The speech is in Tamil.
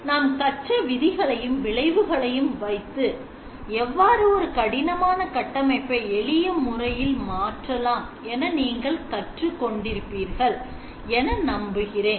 நாம் கற்ற விதிகளையும் விளைவுகளையும் வைத்து எவ்வாறு ஒரு கடினமான கட்டமைப்பை எளிய முறையில் மாற்றலாம் என நீங்கள் கற்றுக் கொண்டிருப்பீர்கள் என நம்புகிறேன்